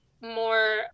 more